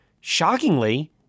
shockingly